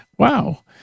wow